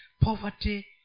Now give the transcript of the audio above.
poverty